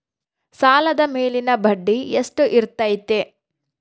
ಸಾಲದ ಮೇಲಿನ ಬಡ್ಡಿ ಎಷ್ಟು ಇರ್ತೈತೆ?